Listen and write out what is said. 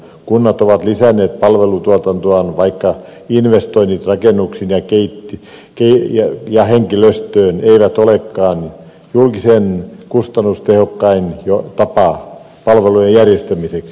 kunnat ovat lisänneet palvelutuotantoaan vaikka investoinnit rakennuksiin ja henkilöstöön eivät olekaan kustannustehokkain tapa palvelujen järjestämiseksi